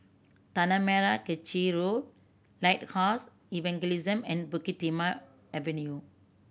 Tanah Merah Kechil Road Lighthouse Evangelism and Bukit Timah Avenue